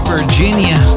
Virginia